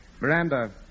Miranda